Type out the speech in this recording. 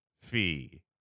fee